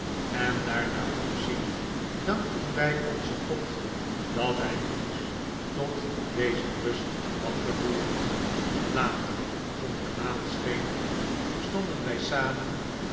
en daarnaar opziend dankten wij onzen go'd dat hij ons tot deze rust had gevoerd later toen de maan scheen stonden wij samen